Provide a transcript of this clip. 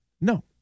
no